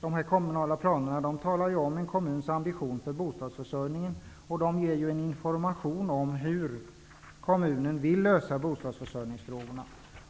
de kommunala planerna en kommuns ambition för bostadsförsörjningen och ger information om hur kommunen vill lösa bostadsförsörjningsfrågorna.